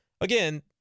again